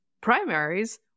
primaries